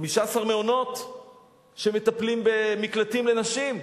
15 מעונות שמטפלים במקלטים לנשים?